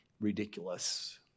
ridiculous